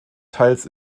teils